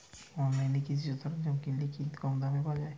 অনলাইনে কৃষিজ সরজ্ঞাম কিনলে কি কমদামে পাওয়া যাবে?